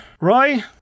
Roy